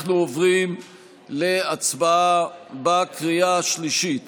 אנחנו עוברים להצבעה בקריאה השלישית